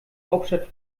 hauptstadt